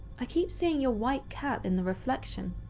i keep seeing your white cat in the reflection,